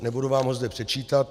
Nebudu vám ho zde předčítat.